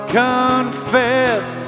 confess